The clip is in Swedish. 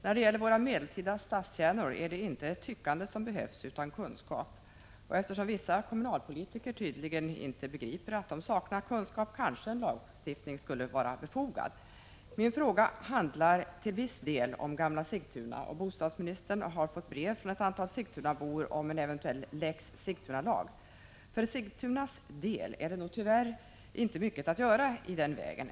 När det gäller våra medeltida stadskärnor är det inte ett tyckande som behövs, utan kunskap. Eftersom vissa kommunalpolitiker tydligen inte begriper att de saknar kunskap, kanske en lagstiftning skulle vara befogad. Min fråga handlar till viss del om gamla Sigtuna. Bostadsministern har fått ett brev från ett antal sigtunabor om en eventuell lex Sigtuna. För Sigtunas del är det nog tyvärr inte mycket att göra i den vägen.